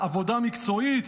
עבודה מקצועית?